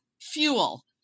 fuel